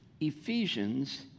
Ephesians